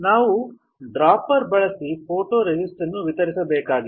ನಾವು ಡ್ರಾಪ್ಪರ್ ಬಳಸಿ ಫೋಟೊರೆಸಿಸ್ಟ್ ಅನ್ನು ವಿತರಿಸಬೇಕಾಗಿದೆ